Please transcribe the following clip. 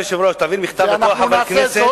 אדוני היושב-ראש: תוציא מכתב לכל חבר כנסת,